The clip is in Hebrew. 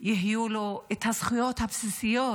יהיו הזכויות הבסיסיות